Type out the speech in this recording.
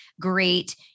great